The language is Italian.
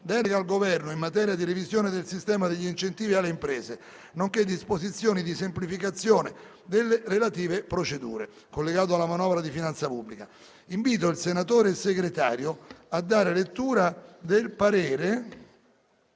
«Delega al Governo in materia di revisione del sistema degli incentivi alle imprese, nonché disposizioni di semplificazione delle relative procedure», collegato alla manovra di finanza pubblica. Invito il senatore Segretario a dare lettura del parere